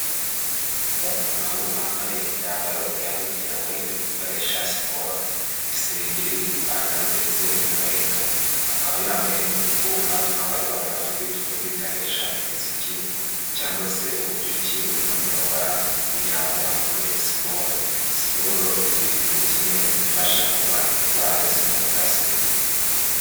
Umugabo wambaye imyambaro yabugenewe yo gukoresha siporo, isengeri, ipantaro ndetse n'inkweto. Akaba yambaye n'utwuma twambarwa mu matwi twumvikanisha imiziki cyangwa se uburyo ki buri kumuyobora kugira ngo akore siporo, siporo biri muri kimwe mu bifasha kurwanya indwara zimwe na zimwe.